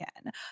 again